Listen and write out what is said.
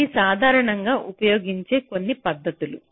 ఇవి సాధారణంగా ఉపయోగించే కొన్ని పద్ధతులు